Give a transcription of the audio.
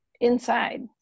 inside